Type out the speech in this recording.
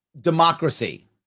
Democracy